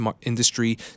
industry